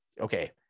okay